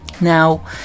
Now